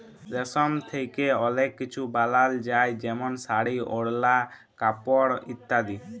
রেশম থ্যাকে অলেক কিছু বালাল যায় যেমল শাড়ি, ওড়লা, কাপড় ইত্যাদি